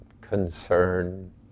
concern